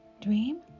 dream